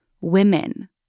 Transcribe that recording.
women